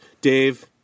Dave